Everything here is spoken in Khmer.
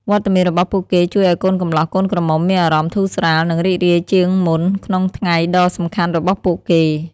វត្តមានរបស់ពួកគេជួយឱ្យកូនកំលោះកូនក្រមុំមានអារម្មណ៍ធូរស្រាល និងរីករាយជាងមុនក្នុងថ្ងៃដ៏សំខាន់របស់ពួកគេ។